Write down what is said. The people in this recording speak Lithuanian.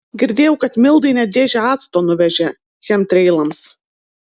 girdėjau kad mildai net dėžę acto nuvežė chemtreilams